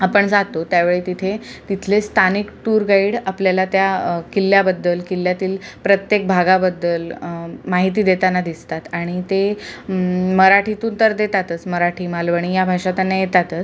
आपण जातो त्यावेळी तिथे तिथले स्थानिक टूर गाईड आपल्याला त्या किल्ल्याबद्दल किल्ल्यातील प्रत्येक भागाबद्दल माहिती देताना दिसतात आणि ते मराठीतून तर देतातच मराठी मालवणी या भाषा त्यांना येतातच